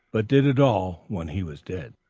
but did it all when he was dead.